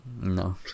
No